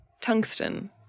tungsten